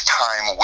time